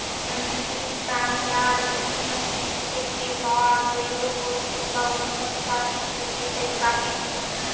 উদ্ভিদ, প্রাণী আর বিভিন্ন জীব থিকে পায়া জৈব বস্তু বা অন্য যা কিছু সেটাই প্রাকৃতিক